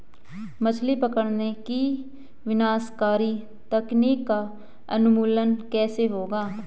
मछली पकड़ने की विनाशकारी तकनीक का उन्मूलन कैसे होगा?